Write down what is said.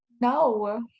no